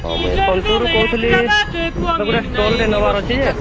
ହଁ ମୁଁ ସୋନପୁରରୁ କହୁଥିଲି ମୁଁ ଗୋଟେ ଷ୍ଟଲ୍ଟେ ନେବାର ଅଛି ଯେ